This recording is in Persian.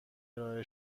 ارائه